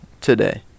today